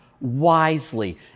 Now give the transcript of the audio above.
wisely